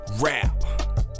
rap